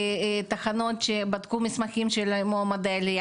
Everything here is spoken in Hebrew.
תחנות שבדקו מסמכים של מועמדי עלייה,